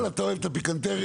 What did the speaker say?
אתה אוהב את הפיקנטריה.